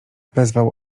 wezwał